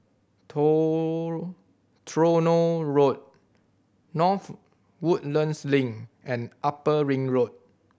Tronoh Road North Woodlands Link and Upper Ring Road